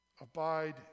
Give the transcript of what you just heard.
Abide